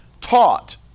taught